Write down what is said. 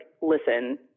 listen